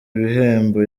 ibihembo